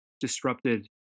disrupted